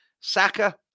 Saka